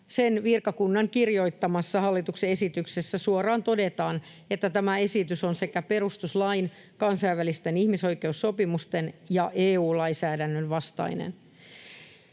sen virkakunnan kirjoittamassa hallituksen esityksessä suoraan todetaan, että tämä esitys on sekä perustuslain, kansainvälisten ihmisoikeussopimusten että EU-lainsäädännön vastainen.